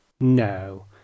No